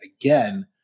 again